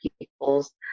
people's